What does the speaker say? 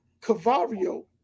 Cavario